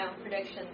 prediction